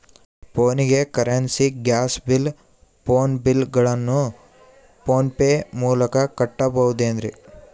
ಫೋನಿಗೆ currency, gas bill, phone bill ಗಳನ್ನು PhonePe ಮೂಲಕ ಕಟ್ಟಬಹುದೇನ್ರಿ?